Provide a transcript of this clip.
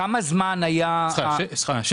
כמה זמן הייתה ההנחה של